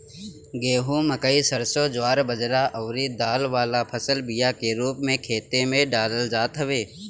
गेंहू, मकई, सरसों, ज्वार बजरा अउरी दाल वाला फसल बिया के रूप में खेते में डालल जात हवे